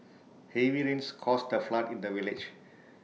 heavy rains caused A flood in the village